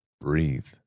Breathe